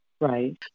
Right